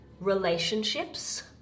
relationships